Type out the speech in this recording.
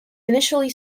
initially